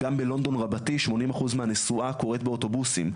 גם בלונדון רבתי 80% מהנסועה קוראת באוטובוסים,